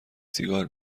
سیگار